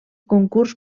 concurs